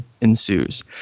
ensues